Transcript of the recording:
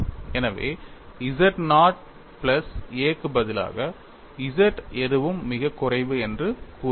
எனவே z not plus a க்கு பதிலாக z எதுவும் மிகக் குறைவு என்று கூறுவீர்கள்